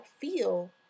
feel